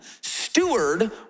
steward